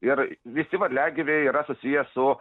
ir visi varliagyviai yra susiję su